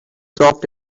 soft